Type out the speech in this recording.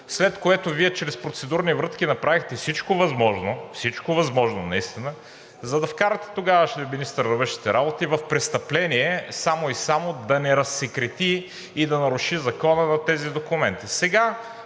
след което Вие чрез процедурни врътки направихте всичко възможно, всичко възможно наистина, за да вкарате тогавашния министър на външните работи в престъпление само и само да не разсекрети и да наруши закона на тези документи.